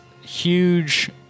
huge